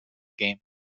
game